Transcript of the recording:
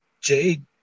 Jade